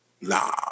nah